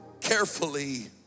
carefully